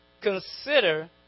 Consider